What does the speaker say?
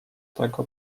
tego